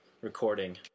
Recording